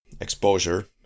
exposure